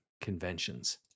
conventions